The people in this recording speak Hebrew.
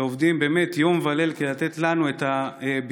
שעובדים באמת יום וליל כדי לתת לנו את הביטחון,